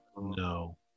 No